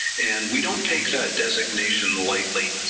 and we don't take that designation lightly,